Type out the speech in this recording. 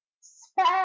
Spare